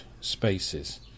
spaces